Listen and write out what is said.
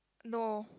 no